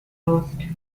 lost